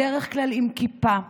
בדרך כלל עם כיפה,